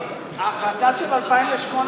בגללך, לא בגללו.